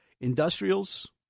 Industrials